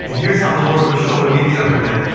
and here's how the lord was showing me the other day.